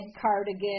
cardigan